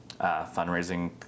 fundraising